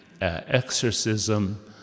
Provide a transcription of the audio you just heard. exorcism